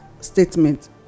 statement